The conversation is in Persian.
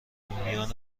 میان